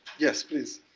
yes, please.